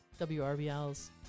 WRBL's